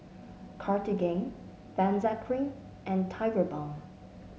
Cartigain Benzac Cream and Tigerbalm